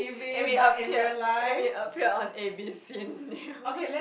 and we appeared and we appeared on A_B_C news